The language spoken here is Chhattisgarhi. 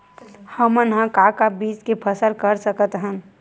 हमन ह का का बीज के फसल कर सकत हन?